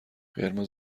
قرمز